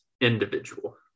individual